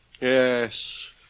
Yes